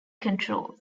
control